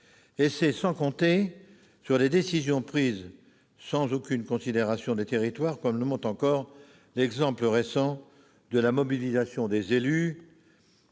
Et c'est sans compter sur les décisions prises sans aucune considération des territoires, comme le montre encore l'exemple récent de la mobilisation des élus